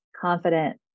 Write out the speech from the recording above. confident